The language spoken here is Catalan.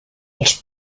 els